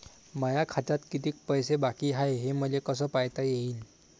माया खात्यात कितीक पैसे बाकी हाय हे मले कस पायता येईन?